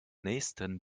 nächsten